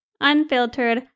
unfiltered